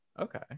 Okay